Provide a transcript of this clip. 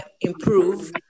improve